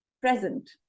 present